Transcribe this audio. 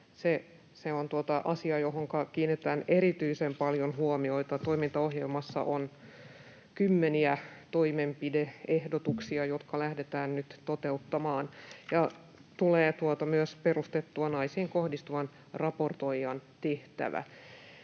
se on asia, johonka kiinnitetään erityisen paljon huomiota. Toimintaohjelmassa on kymmeniä toimenpide-ehdotuksia, joita lähdetään nyt toteuttamaan. Tulee myös perustettua naisiin kohdistuvan raportoijan tehtävä.